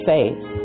Faith